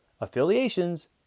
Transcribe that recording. affiliations